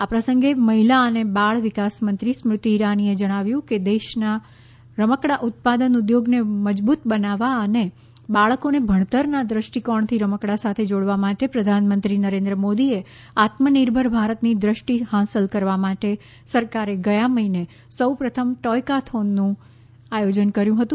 આ પ્રસંગે મહિલા અને બાળ વિકાસમંત્રી સ્મૃતિ ઇરાનીએ જણાવ્યું કે દેશમાં રમકડાં ઉત્પાદન ઉદ્યોગને મજબૂત બનાવવા અને બાળકોને ભણતરના દ્રષ્ટિકોણથી રમકડાં સાથે જોડવા માટે પ્રધાનમંત્રી નરેન્દ્ર મોદીની આત્મા નિર્ભર ભારતની દ્રષ્ટિ હાંસલ કરવા માટે સરકારે ગયા મહિને સૌપ્રથમ ટોયકાથોનનું આયોજન કર્યું હતું